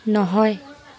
নহয়